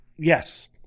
Yes